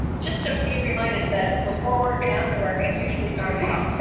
just to be reminded that before work and after work it's usually dark out.